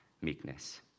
meekness